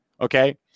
Okay